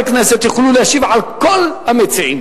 חברי כנסת יוכלו להשיב על כל המציעים.